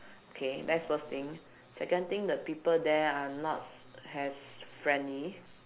okay that's first thing second thing the people there are not s~ as friendly